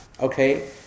okay